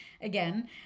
Again